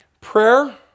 Prayer